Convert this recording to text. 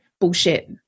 bullshit